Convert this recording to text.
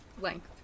length